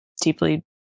deeply